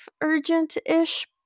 urgent-ish